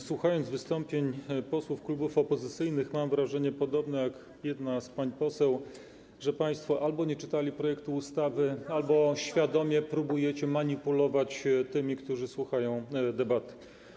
Słuchając wystąpień posłów klubów opozycyjnych, miałem wrażenie, podobnie jak jedna z pań poseł, że państwo albo nie czytali projektu ustawy, albo świadomie próbujecie manipulować tymi, którzy słuchają debaty.